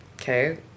okay